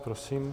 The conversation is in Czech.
Prosím.